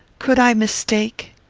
could i mistake?